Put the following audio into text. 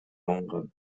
алынган